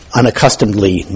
unaccustomedly